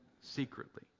secretly